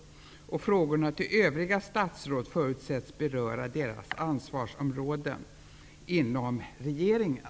Frågorna till övriga statsråd förutsätts beröra deras ansvarsområden inom regeringen.